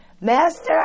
Master